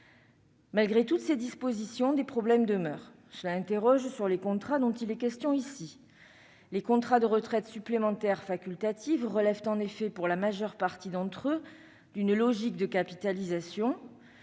Malgré toutes ces dispositions, des problèmes demeurent. Cela amène à s'interroger sur les contrats dont il est question aujourd'hui : les contrats d'épargne retraite supplémentaire facultative relèvent en effet, pour la majeure partie d'entre eux, d'une logique de capitalisation